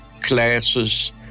classes